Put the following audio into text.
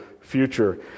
future